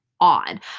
odd